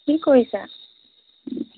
কি কৰিছা